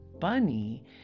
bunny